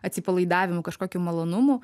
atsipalaidavimu kažkokiu malonumu